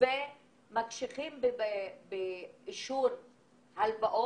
לא רואה הקשחה בנתונים שהמ.מ.מ נתן.